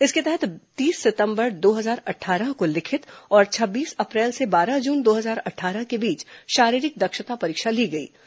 इसके तहत तीस सितंबर दो हजार अट्ठारह को लिखित और छब्बीस अप्रैल से बारह जून दो हजार अट्ठारह के बीच शारीरिक दक्षता परीक्षा ली गई थी